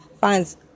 finds